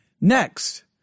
Next